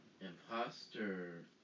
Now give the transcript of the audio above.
Imposter